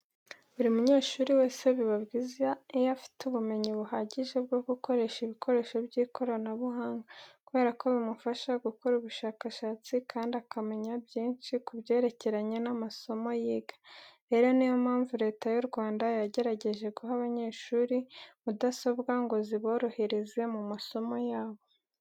Buri munyeshuri wese biba byiza iyo afite ubumenyi buhagije bwo gukoresha ibikoresho by'ikoranabuhanga kubera ko bimufasha gukora ubushakashatsi kandi akamenya byinshi kubyerekeranye n'amasomo yiga. Rero niyo mpamvu Leta y'u Rwanda yagerageje guha abanyeshuri mudasobwa ngo ziborohereze mu masomo yabo.